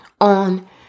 on